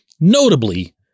notably